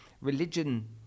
religion